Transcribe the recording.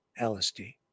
LSD